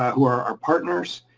who are our partners,